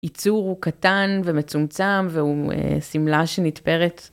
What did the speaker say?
ייצור הוא קטן ומצומצם והוא שמלה שנתפרת.